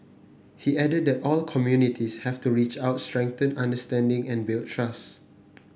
he added that all communities have to reach out strengthen understanding and build trust